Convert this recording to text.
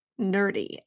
nerdy